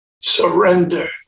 surrender